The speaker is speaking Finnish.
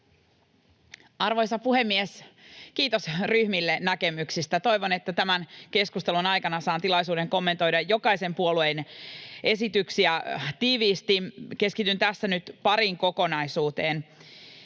Arvoisa puhemies! Kiitos ryhmille näkemyksistä. Toivon, että tämän keskustelun aikana saan tilaisuuden kommentoida jokaisen puolueen esityksiä tiiviisti. Keskityn tässä nyt pariin kokonaisuuteen.